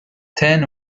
ten